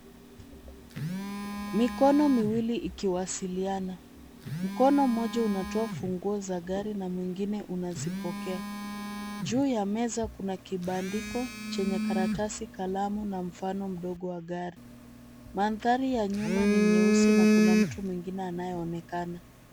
Mikono miwili ikiwasiliana. Mkono mmoja unatoa funguo za gari na mwingine unazipokea. Juu ya meza kuna kibandiko chenye karatasi, kalamu na mfano mdogo wa gari. Mandhari ya nyuma ni nyeusi na kuna mtu mwingine anayeonekana.